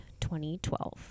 2012